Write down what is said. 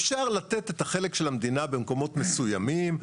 אפשר לתת את החלק של המדינה במקומות מסוימים,